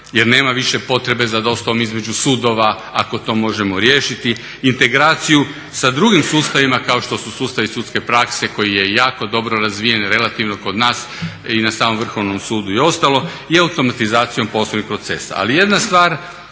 jer nema više potrebe za dostavom između sudova ako to možemo riješiti, integraciju sa drugim sustavima kao što su sustavi sudske prakse koji je jako dobro razvijen relativno kod nas i na samom Vrhovnom sudu i ostalo. I automatizacijom poslovnih procesa. Ali jedna stvar